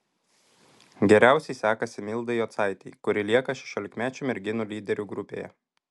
geriausiai sekasi mildai jocaitei kuri lieka šešiolikmečių merginų lyderių grupėje